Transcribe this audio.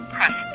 Press